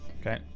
Okay